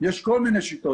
יש כל מיני שיטות.